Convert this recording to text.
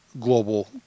global